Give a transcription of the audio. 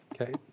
Okay